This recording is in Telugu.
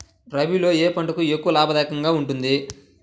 రబీలో ఏ పంట ఎక్కువ లాభదాయకంగా ఉంటుంది?